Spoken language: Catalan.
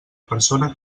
persona